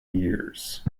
years